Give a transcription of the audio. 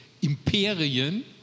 imperien